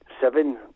seven